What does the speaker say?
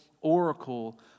oracle